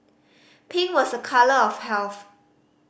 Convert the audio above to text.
pink was a colour of health